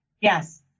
Yes